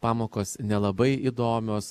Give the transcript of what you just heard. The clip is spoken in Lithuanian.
pamokos nelabai įdomios